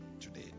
today